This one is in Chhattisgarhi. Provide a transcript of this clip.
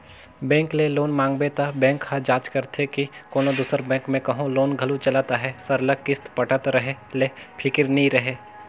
बेंक ले लोन मांगबे त बेंक ह जांच करथे के कोनो दूसर बेंक में कहों लोन घलो चलत अहे सरलग किस्त पटत रहें ले फिकिर नी रहे